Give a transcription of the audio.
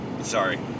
Sorry